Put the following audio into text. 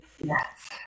Yes